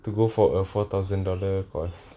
to go for a four thousand dollar course